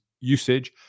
usage